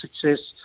success